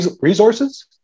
resources